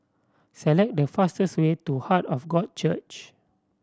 select the fastest way to Heart of God Church